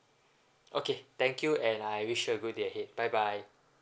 okay thank you and I wish you a good day ahead bye bye